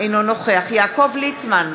אינו נוכח יעקב ליצמן,